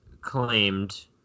claimed